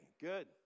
good